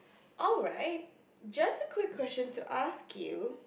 alright just a quick question to ask you